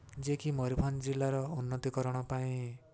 ଯିଏକି ମୟୂରଭଞ୍ଜ ଜିଲ୍ଲାର ଉନ୍ନତିକରଣ ପାଇଁ